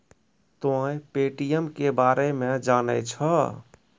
तोंय पे.टी.एम के बारे मे जाने छौं?